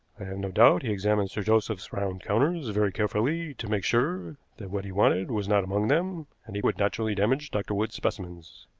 no doubt he examined sir joseph's round counters very carefully to make sure that what he wanted was not among them, and he would naturally damage dr. wood's specimens.